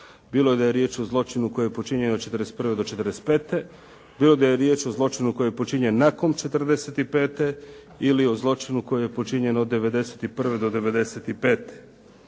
bilo da je riječ o zločinu koje je počinjen od '41. do '45. bilo da je riječ o zločinu koji je počinjen nakon '45. ili o zločinu koji je počinjen od 1991. do 1995.